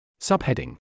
Subheading